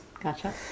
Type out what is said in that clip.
Gotcha